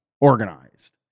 organized